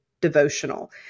devotional